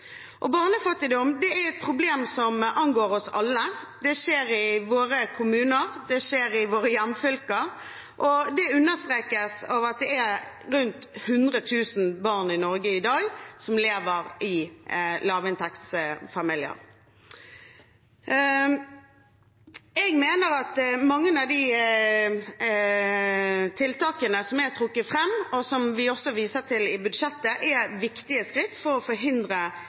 våre kommuner, det skjer i våre hjemfylker, og det understrekes av at det er rundt 100 000 barn i Norge i dag som lever i lavinntektsfamilier. Jeg mener at mange av tiltakene som er trukket fram, og som vi også viser til i budsjettet, er viktige skritt for å forhindre